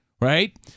right